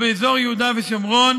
שיגיעו אליו ושיביא אותן בתקנות,